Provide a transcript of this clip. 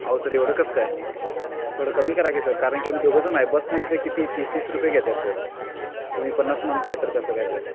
अहो सर एवढं कसं काय थोडं कमी करा की सर कारणकी आम्ही दोघं जण आहे बसने इथे किती तीस तीस रुपये घेतात सर तुम्ही पन्नास म्हणताय तर कसं काय सर